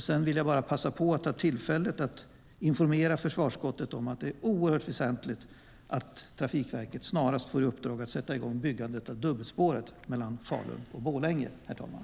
Jag vill också passa på att informera försvarsutskottet om att det är oerhört väsentligt att Trafikverket snarast får i uppdrag att sätta i gång byggandet av dubbelspåret mellan Falun och Borlänge, herr talman.